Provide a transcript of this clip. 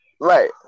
Right